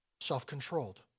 self-controlled